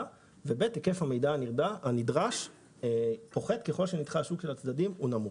והיקף המידע הנדרש פוחת ככל שנתח השוק של הצדדים נמוכים.